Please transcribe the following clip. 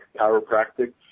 chiropractic